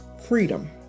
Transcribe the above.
freedom